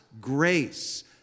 grace